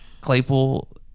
Claypool